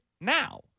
now